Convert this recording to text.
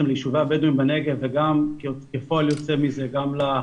ליישובי הבדואים בנגב וכפועל יוצא מזה גם לפזורה,